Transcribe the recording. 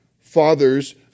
Fathers